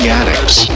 addicts